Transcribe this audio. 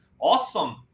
awesome